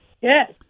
Yes